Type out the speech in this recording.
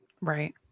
Right